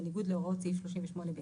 בניגוד להוראות סעיף 38(ב).